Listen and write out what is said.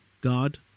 God